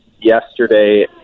yesterday